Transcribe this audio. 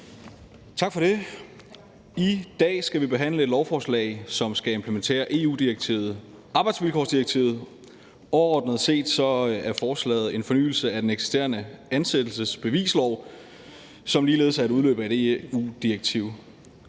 I dag skal vi behandle et lovforslag, som skal implementere EU's arbejdsvilkårsdirektiv. Overordnet set er forslaget en fornyelse af den eksisterende ansættelsesbevislov, som ligeledes er en udløber af et EU-direktiv.